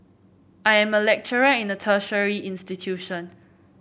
I am a lecturer in a tertiary institution